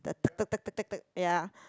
the ya